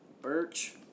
birch